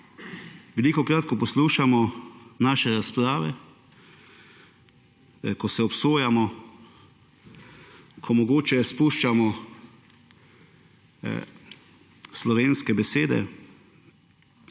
Velikokrat, ko poslušamo naše razprave, ko se obsojamo, ko mogoče spuščamo slovenske besede,